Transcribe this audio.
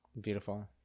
Beautiful